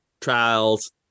trials